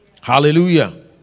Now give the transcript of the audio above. Hallelujah